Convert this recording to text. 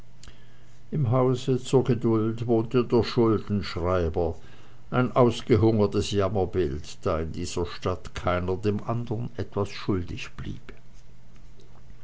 im hause zur geduld wohnte der schuldenschreiber ein ausgehungertes jammerbild da in dieser stadt keiner dem andern etwas schuldig blieb